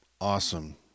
awesome